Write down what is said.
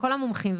כל המומחים,